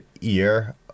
ear